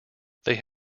they